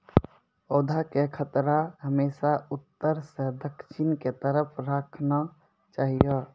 पौधा के कतार हमेशा उत्तर सं दक्षिण के तरफ राखना चाहियो